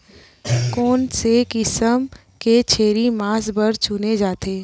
कोन से किसम के छेरी मांस बार चुने जाथे?